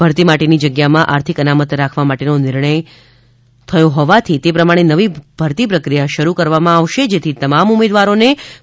ભરતી માટે ની જગ્યા માં આર્થિક અનામત રાખવા માટે નો નિર્ણય થયો હોવાથી તે પ્રમાણે નવી ભરતી પ્રક્રિયા શરૂ કરવામાં આવશે જેથી તમામ ઉમેદવારો ને પૂરતો ન્યાય મળે